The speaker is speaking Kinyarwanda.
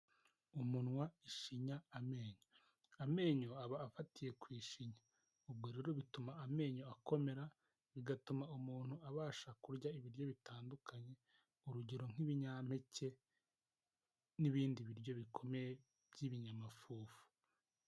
Umunwa, ishinya, amenyo. Amenyo aba afatiye ku ishinya ubwo rero bituma amenyo akomera, bigatuma umuntu abasha kurya ibiryo bitandukanye, urugero nk'ibinyampeke n'ibindi biryo bikomeye by'ibinyamafufu.